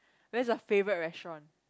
where's your favourite restaurant